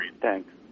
Thanks